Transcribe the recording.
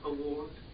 Award